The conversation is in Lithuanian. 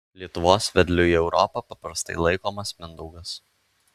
lietuvos vedliu į europą paprastai laikomas mindaugas